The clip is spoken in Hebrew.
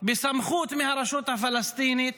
בסמכות מהרשות הפלסטינית,